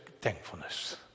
thankfulness